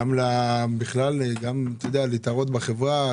גם בכלל להתערות בחברה,